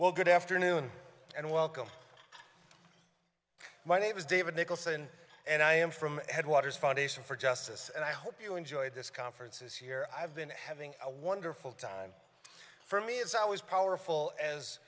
well good afternoon and welcome my name is david nicholson and i am from headwaters foundation for justice and i hope you enjoyed this conference is here i've been having a wonderful time for me it's always powerful as